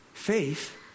Faith